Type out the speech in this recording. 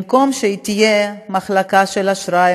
במקום שתהיה מחלקה של אשראי,